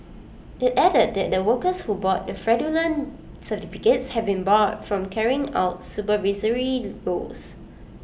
IT added that the workers who bought the fraudulent certificates have been barred from carrying out supervisory roles